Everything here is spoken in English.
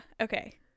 okay